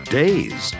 days